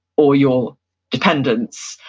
or your dependents,